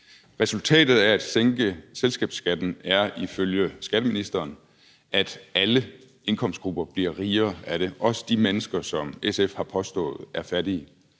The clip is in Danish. Resultatet af at sænke selskabsskatten er ifølge skatteministeren, at alle indkomstgrupper bliver rigere af det, også de mennesker, som SF har påstået er fattige.